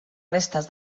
restes